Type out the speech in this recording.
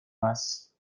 más